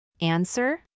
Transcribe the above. answer